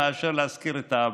מאשר להזכיר את האבא.